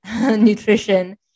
nutrition